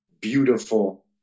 beautiful